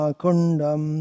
kundam